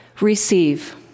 Receive